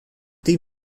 die